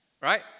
right